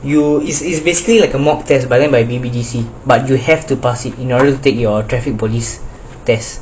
you it's it's basically like a mock test but then my B_B_D_C but you have to pass it in order to take your traffic police test